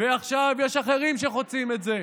ועכשיו יש אחרים שחוצים את זה.